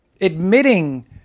admitting